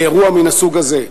לאירוע מסוג זה.